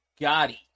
Gotti